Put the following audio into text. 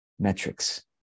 metrics